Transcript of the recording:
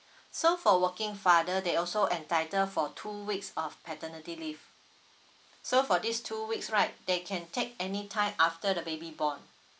so for working father they also entitled for two weeks of paternity leave so for these two weeks right they can take any time after the baby born